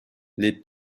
les